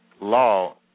law